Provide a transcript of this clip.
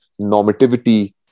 normativity